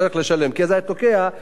כי אז זה היה תוקע את כל הפרויקט.